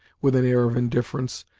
with an air of indifference,